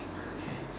okay